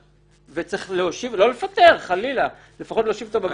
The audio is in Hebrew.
צריך להושיב אותו בבית, לא לפטר, חלילה.